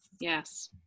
Yes